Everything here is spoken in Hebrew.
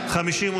לא נתקבלה.